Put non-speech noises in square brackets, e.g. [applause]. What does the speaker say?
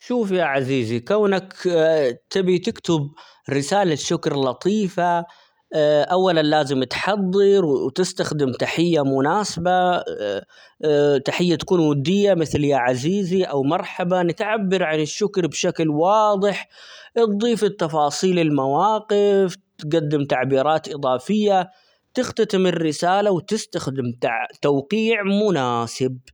شوف يا عزيزي كونك [hesitation] تبي تكتب رسالة شكر لطيفة [hesitation] أولًا لازم تحضر، -وت- وتستخدم تحية مناسبة، [hesitation] تحية تكون ودية مثل: يا عزيزي ،أو مرحبا تعبر عن الشكر بشكل واضح ، اتضيف التفاصيل ، المواقف، تقدم تعبيرات إضافية تختتم الرسالة، وتستخدم -تع-توقيع مناسب.